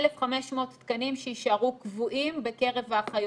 1,500 תקנים שיישארו קבועים בקרב האחיות.